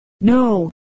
no